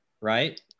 right